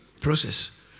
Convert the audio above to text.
process